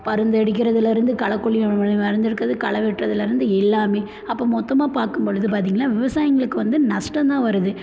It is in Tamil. மருந்து அடிக்கிறதிலேருந்து களக்குலி வளர்ந்துருக்குறது களை வெட்டுறதுலேருந்து எல்லாமே அப்போது மொத்தமாக பார்க்கும்பொலுது பார்த்திங்கன்னா விவசாயிங்களுக்கு வந்து நஷ்டம் தான் வருது